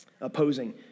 opposing